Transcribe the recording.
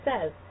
says